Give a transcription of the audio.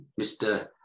Mr